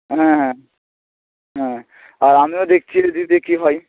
হ্যাঁ হ্যাঁ হ্যাঁ আর আমিও দেখছি যদি দেখি হয়